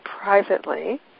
privately